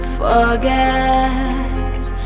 forgets